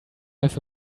have